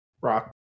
Rock